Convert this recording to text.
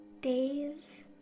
days